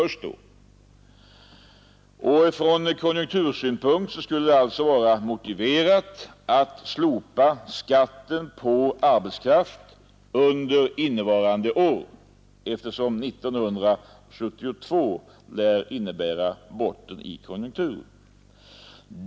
Ifrån konjunktursynpunkt skulle det alltså vara motiverat att slopa skatten på arbetskraft under innevarande år, eftersom 1972 lär innebära botten i konjunkturen.